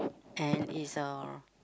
and it's a